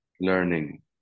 learning